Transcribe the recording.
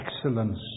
excellence